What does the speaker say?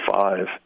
five